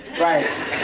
Right